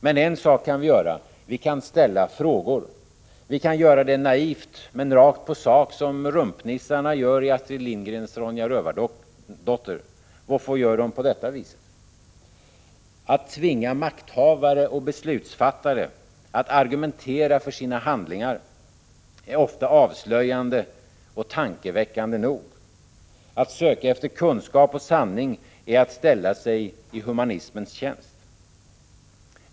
Men en sak kan vi göra. Vi kan ställa frågor. Vi kan göra det naivt men rakt på sak som rumpnissarna i Astrid Lindgrens Ronja Rövardotter: Vofför gör dom på detta viset? Att tvinga makthavare och beslutsfattare att argumentera för sina handlingar är ofta avslöjande och tankeväckande nog. Att söka efter kunskap och sanning är att ställa sig i humanismens tjänst.